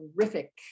terrific